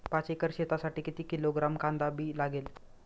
पाच एकर शेतासाठी किती किलोग्रॅम कांदा बी लागेल?